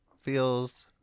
feels